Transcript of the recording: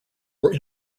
were